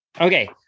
Okay